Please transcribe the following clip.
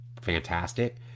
fantastic